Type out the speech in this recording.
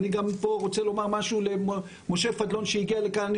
ואני גם פה רוצה לומר משהו למשה פדלון שהגיע לכאן,